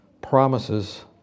promises